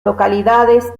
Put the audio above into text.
localidades